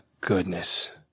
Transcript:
goodness